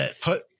put